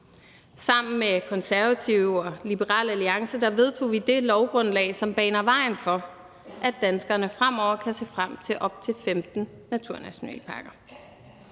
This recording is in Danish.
Sammen med Konservative og Liberal Alliance vedtog vi det lovgrundlag, som baner vejen for, at danskerne fremover kan se frem til op til 15 naturnationalparker.